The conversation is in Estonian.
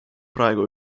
praegu